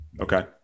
Okay